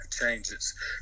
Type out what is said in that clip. changes